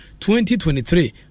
2023